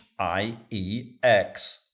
IEX